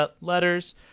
letters